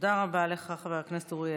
תודה רבה לך, חבר הכנסת אוריאל.